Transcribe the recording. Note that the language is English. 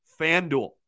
FanDuel